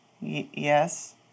Yes